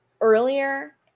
earlier